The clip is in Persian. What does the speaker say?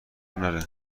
نره